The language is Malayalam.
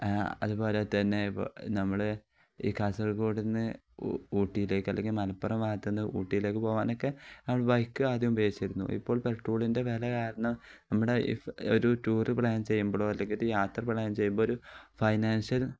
അതുപോലെ തന്നെ ഈ നമ്മൾ ഈ കാസർഗോഡിൽ നിന്ന് ഊട്ടിയിലേക്ക് അല്ലെങ്കിൽ മലപ്പുറം ഭാഗത്തു നിന്ന് ഊട്ടിയിലേക്ക് പോവാനൊക്കെ ബൈക്ക് ആദ്യം ഉപയോഗിച്ചിരുന്നു ഇപ്പോൾ പെട്രോളിൻ്റെ വില കാരണം നമ്മടെ ഒരു ടൂറ് പ്ലാൻ ചെയ്യുമ്പോഴോ അല്ലെങ്കിൽ ഒരു യാത്ര പ്ലാൻ ചെയ്യുമ്പോഴോ ഒരു ഫൈനാൻഷ്യൽ